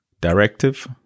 Directive